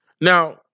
Now